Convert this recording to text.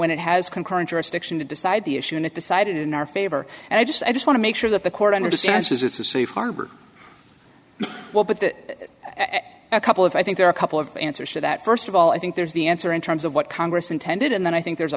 decide the issue and decide in our favor and i just i just want to make sure that the court understands it's a safe harbor well but that a couple of i think there are a couple of answers to that first of all i think there's the answer in terms of what congress intended and then i think there's a